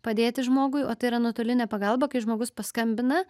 padėti žmogui o tai yra nuotolinė pagalba kai žmogus paskambina